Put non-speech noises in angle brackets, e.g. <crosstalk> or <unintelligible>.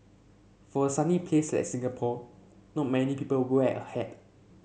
for a sunny place like Singapore no many people <unintelligible> wear a hat